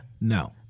No